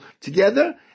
together